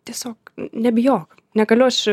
tiesiog nebijok negaliu aš